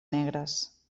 negres